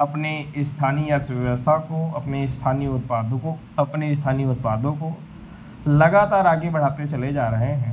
अपने स्थानीय अर्थव्यवस्था को अपने स्थानीय उत्पादों को अपने स्थानीय उत्पादों को लगातार आगे बढ़ाते चले जा रहे हैं